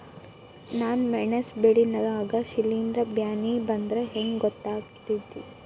ನನ್ ಮೆಣಸ್ ಬೆಳಿ ನಾಗ ಶಿಲೇಂಧ್ರ ಬ್ಯಾನಿ ಬಂದ್ರ ಹೆಂಗ್ ಗೋತಾಗ್ತೆತಿ?